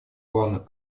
главных